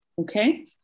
okay